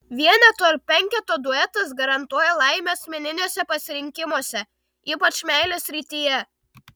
vieneto ir penketo duetas garantuoja laimę asmeniniuose pasirinkimuose ypač meilės srityje